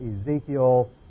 Ezekiel